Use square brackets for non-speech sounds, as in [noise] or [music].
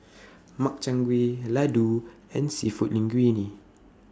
[noise] Makchang Gui Ladoo and Seafood Linguine